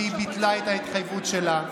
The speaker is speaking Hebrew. והיא ביטלה את ההתחייבות שלה.